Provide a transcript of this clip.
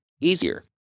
easier